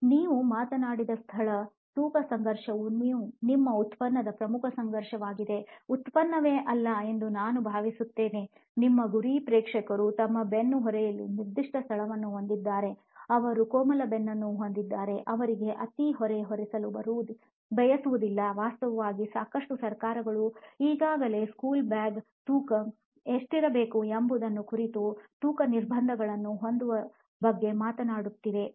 ನೀವು ಮಾತನಾಡಿದ ಸ್ಥಳ ತೂಕ ಸಂಘರ್ಷವು ನಿಮ್ಮ ಉತ್ಪನ್ನದ ಪ್ರಮುಖ ಸಂಘರ್ಷವಾಗಿವೆ ಉತ್ಪನ್ನವೇ ಅಲ್ಲ ಎಂದು ನಾನು ಭಾವಿಸುತ್ತೇನೆ ನಿಮ್ಮ ಗುರಿ ಪ್ರೇಕ್ಷಕರು ತಮ್ಮ ಬೆನ್ನು ಹೊರೆಯಲ್ಲಿ ನಿರ್ದಿಷ್ಟ ಸ್ಥಳವನ್ನು ಹೊಂದಿದ್ದಾರೆ ಅವರು ಕೋಮಲ ಬೆನ್ನನ್ನು ಹೊಂದಿದ್ದಾರೆ ಅವರಿಗೆ ಅತಿ ಹೊರೆ ಹೊರಿಸುಲು ಬಯಸುವುದಿಲ್ಲ ವಾಸ್ತವವಾಗಿ ಸಾಕಷ್ಟು ಸರ್ಕಾರಗಳು ಈಗಾಗಲೇ ಸ್ಕೂಲ್ ಬ್ಯಾಗ್ ತೂಕ ಎಷ್ಟಿರಬೇಕು ಎಂಬುದನ್ನು ಕುರಿತು ತೂಕ ನಿರ್ಬಂಧಗಳನ್ನು ಹೊಂದುವ ಬಗ್ಗೆ ಮಾತನಾಡುತ್ತಿವೆ ಸರಿ